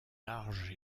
large